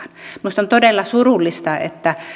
minusta on todella surullista että jopa pääministerin eroa vaaditaan